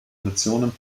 emotionen